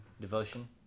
Devotion